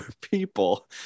people